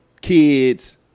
kids